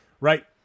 Right